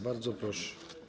Bardzo proszę.